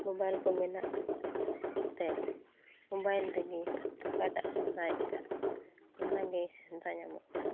mobile ᱠᱚ ᱢᱮᱱᱟᱜ ᱛᱮ ᱢᱳᱵᱟᱭᱤᱞ ᱨᱮᱜᱮ ᱚᱠᱟᱴᱟᱜ ᱥᱮᱸᱫᱽᱨᱟᱭᱮᱫ ᱠᱟᱱ ᱚᱱᱟᱜᱮ ᱥᱮᱸᱫᱽᱨᱟ ᱧᱟᱢᱚᱜᱠᱟᱱ